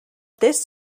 this